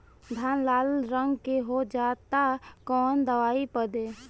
धान लाल रंग के हो जाता कवन दवाई पढ़े?